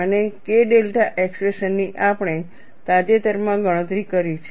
અને K delta expression ની આપણે તાજેતરમાં ગણતરી કરી છે